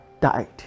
died